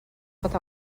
pot